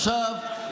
עכשיו,